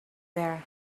there